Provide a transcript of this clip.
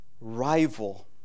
rival